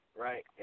right